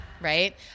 Right